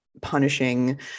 punishing